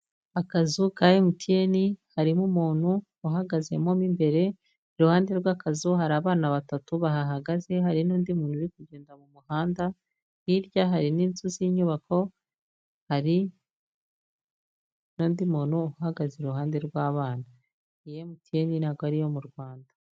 Akazu ka MTN, harimo umuntu uhagazemo mo imbere, iruhande rw'akazu hari abana batatu bahahagaze hari n'undi muntu uri kugenda mu muhanda, hirya hari n'inzu z'inyubako hari n'undi muntu uhagaze iruhande rw'abana, iyi MTN ntabwo ari iyo mu Rwanda.